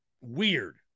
Weird